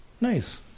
Nice